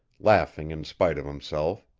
laughing in spite of himself.